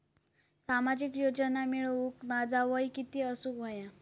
सामाजिक योजना मिळवूक माझा वय किती असूक व्हया?